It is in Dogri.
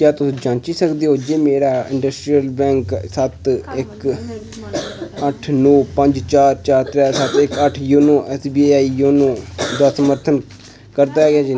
क्या तुस जांची सकदे ओ जे मेरा इंडसइंड बैंक खाता सत्त इक अठ्ठ नौ पंज चार चार त्रै सत्त इक अठ्ठ YONO S B I YONO दा समर्थन करदा ऐ